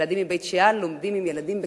ילדים מבית-שאן לומדים עם ילדים בקיבוץ?